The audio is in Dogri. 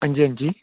हंजी हंजी